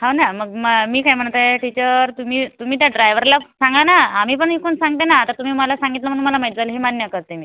हां ना मग मा मी काय म्हणत आहे टीचर तुम्ही तुम्ही त्या ड्रायवरला सांगा ना आम्ही पण इकून सांगते ना आता तुम्ही मला सांगितलं म्हणून मला माहित झालं हे मान्य करते मी